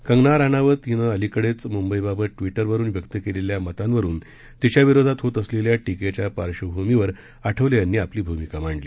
कंगणा राणावत हीनं अलिकडेच मुंबईबाबत ट्विटरवरून व्यक्त केलेल्या मतांवरून तीच्या विरोधात होत असलेल्या टीकेच्या पार्श्वभूमीवर आठवले यांनी आपली भूमिका मांडली